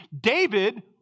David